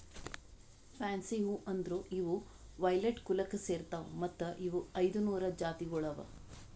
fancy ಹೂವು ಅಂದುರ್ ಇವು ವೈಲೆಟ್ ಕುಲಕ್ ಸೇರ್ತಾವ್ ಮತ್ತ ಇವು ಐದ ನೂರು ಜಾತಿಗೊಳ್ ಅವಾ